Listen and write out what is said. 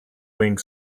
wing